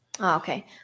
Okay